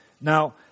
Now